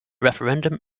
referendum